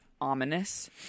ominous